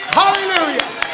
hallelujah